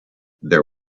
there